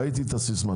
ראיתי את הסיסמה.